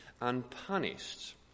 unpunished